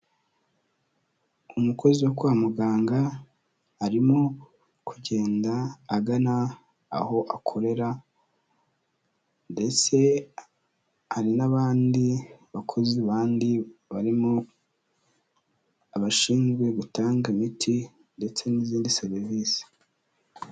Umukozi wo kwa muganga arimo kugenda agana aho akorera; ndetse hari n'abandi bakozi bandi, barimo abashinzwe gutanga imiti ndetse n'izindi serivisi.